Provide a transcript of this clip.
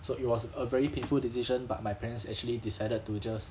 so it was a very painful decision but my parents actually decided to just